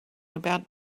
about